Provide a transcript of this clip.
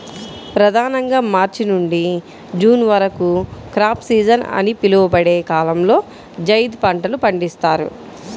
ప్రధానంగా మార్చి నుండి జూన్ వరకు క్రాప్ సీజన్ అని పిలువబడే కాలంలో జైద్ పంటలు పండిస్తారు